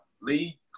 Lee